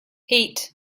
eight